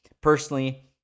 Personally